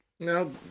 No